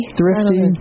thrifty